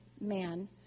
man